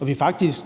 at vi faktisk